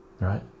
right